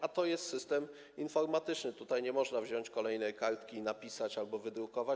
A to jest system informatyczny, tutaj nie można wziąć kolejnej kartki i napisać albo wydrukować.